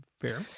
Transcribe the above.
Fair